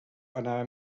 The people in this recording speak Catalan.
anava